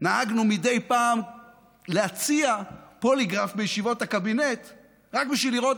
נהגנו מדי פעם להציע פוליגרף בישיבות הקבינט רק בשביל לראות